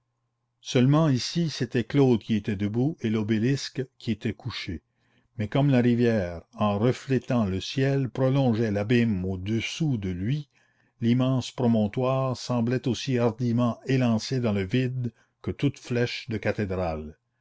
seulement ici c'était claude qui était debout et l'obélisque qui était couché mais comme la rivière en reflétant le ciel prolongeait l'abîme au-dessous de lui l'immense promontoire semblait aussi hardiment élancé dans le vide que toute flèche de cathédrale